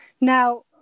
Now